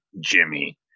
jimmy